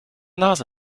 nase